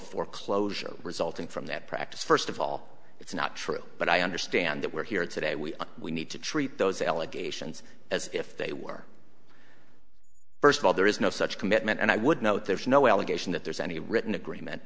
foreclosure resulting from that practice first of all it's not true but i understand that we're here today we we need to treat those allegations as if they were first of all there is no such commitment and i would note there's no allegation that there's any written agreement